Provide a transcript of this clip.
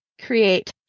create